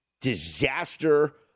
disaster